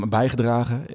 bijgedragen